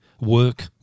work